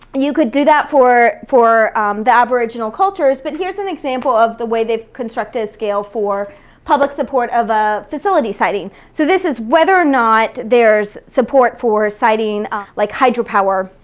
you could do that for for the aboriginal cultures, but here's an example of the way they've constructed a scale for public support of a facility siting. so this is whether or not there's support for siting like hydropower.